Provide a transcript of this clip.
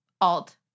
alt